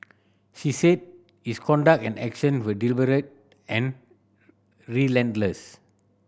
she said his conduct and action were deliberate and relentless